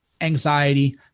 anxiety